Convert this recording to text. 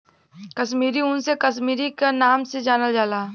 कसमीरी ऊन के कसमीरी क नाम से जानल जाला